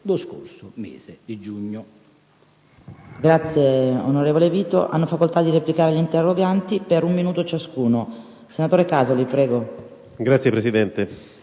lo scorso mese di giugno.